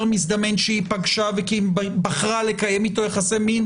מזדמן שהיא פגשה ובחרה לקיים אתו יחסי מין,